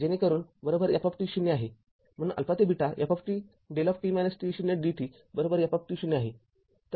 जेणेकरून f आहे म्हणून ते fδ dt f आहे